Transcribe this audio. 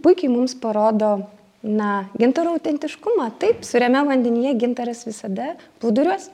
puikiai mums parodo na gintaro autentiškumą taip sūriame vandenyje gintaras visada plūduriuos